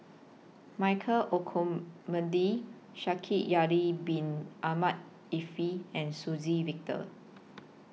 Michael Olcomendy Shaikh Yahya Bin Ahmed Afifi and Suzann Victor